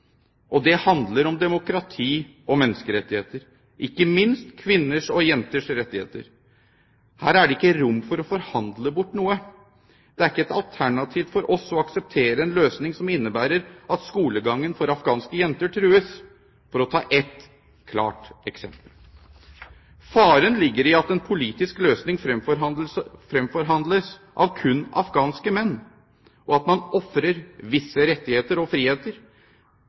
og det handler om demokrati og menneskerettigheter, ikke minst kvinners og jenters rettigheter. Her er det ikke rom for å forhandle bort noe. Det er ikke et alternativ for oss å akseptere en løsning som innebærer at skolegangen for afghanske jenter trues, for å ta ett klart eksempel. Faren ligger i at en politisk løsning fremforhandles av kun afghanske menn, og at man ofrer visse rettigheter og friheter.